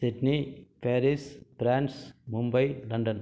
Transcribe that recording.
Sydney Paris France Mumbai London